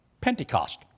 Pentecost